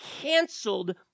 canceled